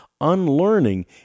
Unlearning